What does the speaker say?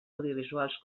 audiovisuals